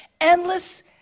Endless